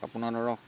আপোনাৰ ধৰক